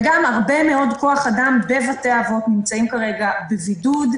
וגם הרבה מאוד כוח אדם בבתי האבות נמצא כרגע בבידוד.